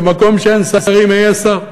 במקום שאין שרים היה שר.